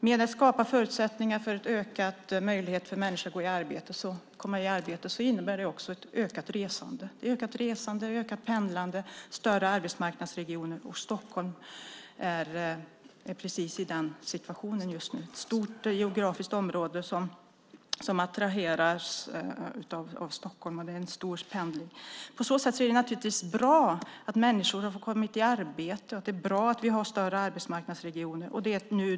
När man skapar förutsättningar och möjligheter för människor att få ett arbete innebär det också ett ökat resande, ett ökat pendlande och större arbetsmarknadsregioner. Stockholm är precis i den situationen just nu. Det är ett stort geografiskt område som attraherar stockholmare. Det blir en stor pendling. Det är naturligtvis bra att människor har fått arbete och att vi har större arbetsmarknadsregioner.